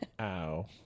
ow